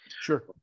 sure